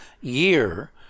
year